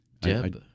Deb